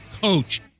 coach